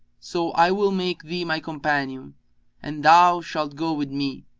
so i will make thee my companion and thou shalt go with me,